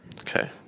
Okay